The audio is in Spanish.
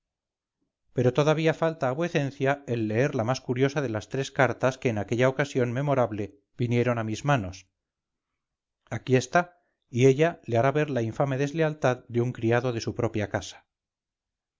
pero todavía falta a vuecencia el leer la más curiosa de las tres cartas que en aquella ocasión memorable vinieron a mis manos aquí está y ella le hará ver la infame deslealtad de un criado de su propia casa